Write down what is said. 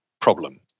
problem